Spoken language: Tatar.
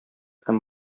һәм